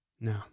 No